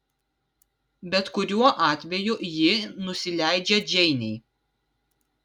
bet kuriuo atveju ji nusileidžia džeinei